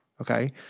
okay